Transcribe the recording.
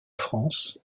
france